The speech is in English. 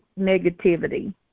negativity